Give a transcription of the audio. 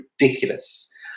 ridiculous